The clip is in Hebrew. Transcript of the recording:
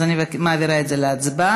אז אני מעלה את זה להצבעה.